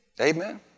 Amen